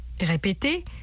Répétez